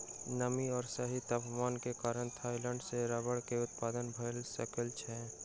नमी आ सही तापमान के कारण थाईलैंड में रबड़ के उत्पादन भअ सकै छै